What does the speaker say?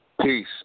Peace